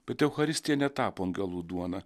bet eucharistija netapo angelų duona